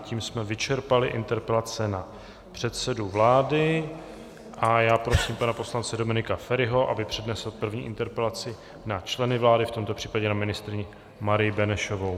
Tím jsme vyčerpali interpelace na předsedu vlády a já prosím pana poslance Dominika Feriho, aby přednesl první interpelaci na členy vlády, v tomto případě na ministryni Marii Benešovou.